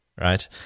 right